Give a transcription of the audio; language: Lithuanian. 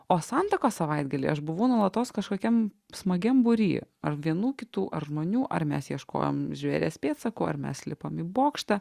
o santakos savaitgalį aš buvau nuolatos kažkokiam smagiam būry ar vienų kitų ar žmonių ar mes ieškojom žvėries pėdsakų ar mes lipom į bokštą